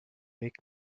weg